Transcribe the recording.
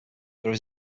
there